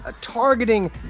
targeting